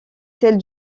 celle